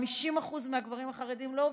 50% מהגברים החרדים לא עובדים,